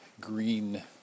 green